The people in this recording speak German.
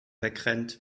wegrennt